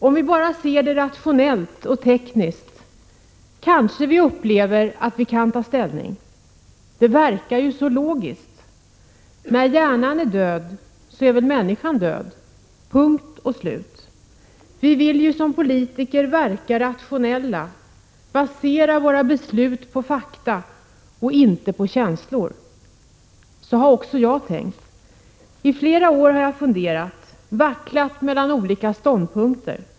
Om vi bara ser det rationellt och tekniskt, kanske vi upplever att vi kan ta ställning. Det verkar ju så logiskt. När hjärnan är död så är väl människan död. Punkt och slut. Vi vill ju som politiker verka rationella, basera våra beslut på fakta och inte på känslor. Så har också jag tänkt. I flera år har jag funderat, vacklat mellan olika ståndpunkter.